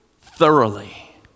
thoroughly